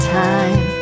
time